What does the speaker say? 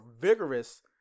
vigorous